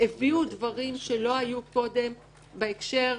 הביאו דברים שלא היו קודם בהקשר.